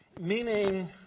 meaning